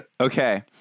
Okay